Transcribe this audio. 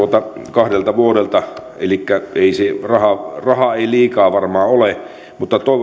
kahdelta vuodelta elikkä rahaa ei liikaa varmaan ole mutta